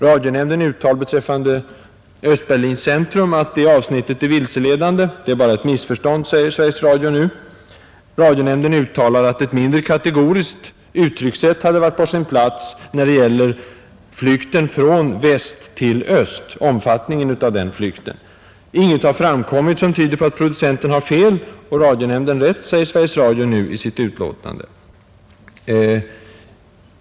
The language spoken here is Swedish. Radionämnden uttalade beträffande Östberlins centrum att detta avsnitt är vilseledande. Det är bara ett missförstånd, säger Sveriges Radio nu. Radionämnden uttalade att ett mindre kategoriskt uttryckssätt hade varit på sin plats när det gäller omfattningen av flykten från väst till öst. Inget har framkommit som tyder på att producenten har fel och radionämnden har rätt, säger Sveriges Radio nu i sitt utlåtande.